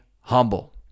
humble